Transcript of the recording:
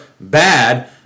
bad